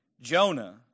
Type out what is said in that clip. Jonah